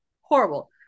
horrible